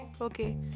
Okay